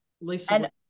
Lisa